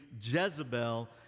Jezebel